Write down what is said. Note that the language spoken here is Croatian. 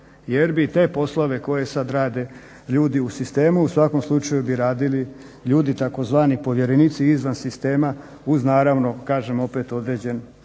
jer bi te poslove koje sad rade ljudi u sistemu u svakom slučaju bi radili ljudi tzv. povjerenici izvan sistema uz naravno kažem opet određen